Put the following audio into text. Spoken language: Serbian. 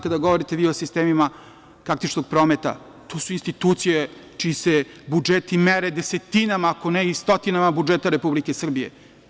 Kada govorite vi o sistemima kartičnog prometa, to su institucije čiji se budžeti mere desetinama, ako ne i stotinama budžeta Republike Srbije.